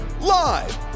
live